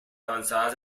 avanzadas